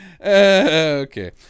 Okay